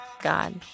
God